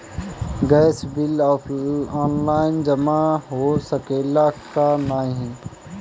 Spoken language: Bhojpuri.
गैस बिल ऑनलाइन जमा हो सकेला का नाहीं?